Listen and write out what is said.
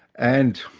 and